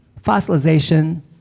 Fossilization